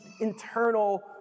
internal